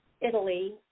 Italy